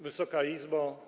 Wysoka Izbo!